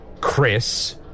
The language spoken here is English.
Chris